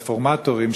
רפורמטורים,